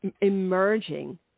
emerging